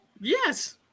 Yes